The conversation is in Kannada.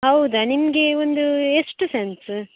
ಹೌದಾ ನಿಮಗೆ ಒಂದು ಎಷ್ಟು ಸೆನ್ಸ